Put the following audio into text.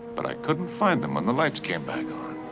but i couldn't find them when the lights came back on.